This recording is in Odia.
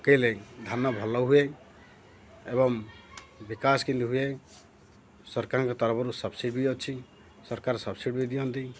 ପକେଇଲେ ଧାନ ଭଲ ହୁଏ ଏବଂ ବିକାଶ କେିତି ହୁଏ ସରକାରଙ୍କ ତରଫରୁ ସବସିଡ଼ି ବି ଅଛି ସରକାର ସବସିଡ଼ି ବି ଦିଅନ୍ତି